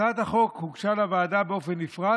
הצעות החוק הוגשו לוועדה בנפרד,